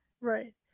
Right